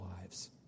lives